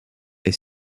est